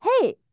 hey